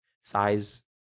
size